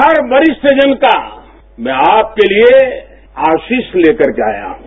हर वरिष्ठ जन का मैं आपके लिए आशीष लेकर के आया हूं